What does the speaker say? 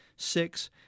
Six